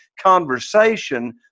conversation